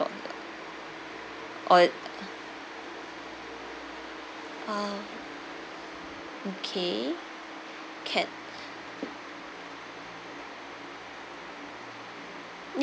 call uh or uh uh okay can